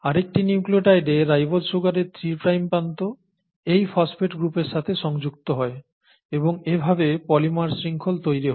আরেকটি নিউক্লিওটাইডে রাইবোজ সুগারের 3 প্রাইম প্রান্ত এই ফসফেট গ্রুপের সাথে সংযুক্ত হয় এবং এভাবে পলিমার শৃংখল তৈরি হয়